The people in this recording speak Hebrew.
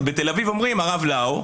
בתל אביב אומרים "הרב לאו".